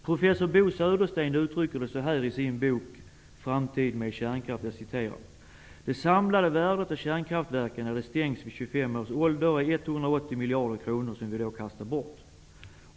Professor Bo Södersten uttrycker det så här i sin bok Framtid med Kärnkraft: ''Det samlade värdet av kärnkraftverken när de stängs vid 25 års ålder är 180 miljarder kronor som vi då kastar bort.